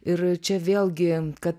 ir čia vėlgi kad